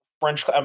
French